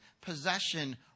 possession